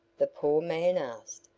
the poor man asked.